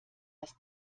das